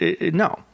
no